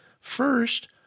First